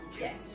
Yes